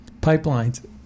Pipelines